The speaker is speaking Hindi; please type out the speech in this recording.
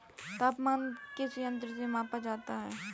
तापमान किस यंत्र से मापा जाता है?